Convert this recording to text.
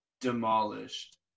demolished